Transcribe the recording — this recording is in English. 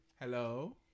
hello